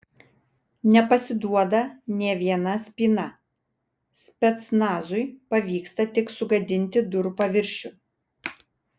nepasiduoda nė viena spyna specnazui pavyksta tik sugadinti durų paviršių